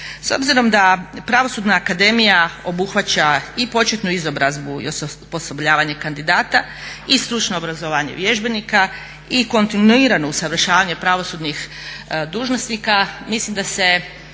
S obzirom da Pravosudna akademija obuhvaća i početnu izobrazbu i osposobljavanje kandidata i stručno obrazovanje vježbenika i kontinuirano usavršavanje pravosudnih dužnosnika, mislim da se